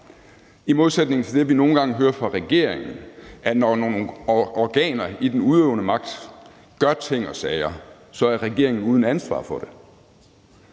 i modsætning til det, vi nogle gange hører fra regeringens side, nemlig at når nogle organer i den udøvende magt gør ting og sager, er regeringen uden ansvar for det.